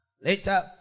later